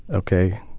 ok,